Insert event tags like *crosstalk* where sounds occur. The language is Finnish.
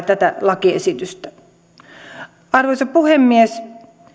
*unintelligible* tätä lakiesitystä arvoisa rouva puhemies